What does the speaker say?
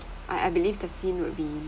I I believe the scene will be